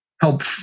help